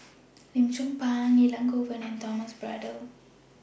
Lim Chong Pang Elangovan and Thomas Braddell